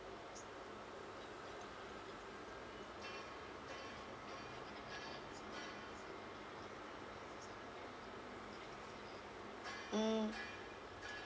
mm